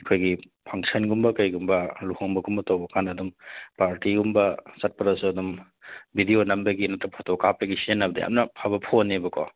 ꯑꯩꯈꯣꯏꯒꯤ ꯐꯪꯁꯟꯒꯨꯝꯕ ꯀꯔꯤꯒꯨꯝꯕ ꯂꯨꯍꯣꯡꯕꯒꯨꯝꯕ ꯇꯧꯕꯀꯥꯟꯗ ꯑꯗꯨꯝ ꯄꯥꯔꯇꯤꯒꯨꯝꯕ ꯆꯠꯄꯗꯁꯨ ꯑꯗꯨꯝ ꯚꯤꯗꯤꯑꯣ ꯅꯝꯕꯒꯤ ꯅꯠꯇ꯭ꯔꯒ ꯐꯣꯇꯣ ꯀꯥꯞꯄꯒꯤ ꯁꯤꯖꯤꯟꯅꯕꯗ ꯌꯥꯝꯅ ꯐꯕ ꯐꯣꯟꯅꯦꯕꯀꯣ